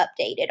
updated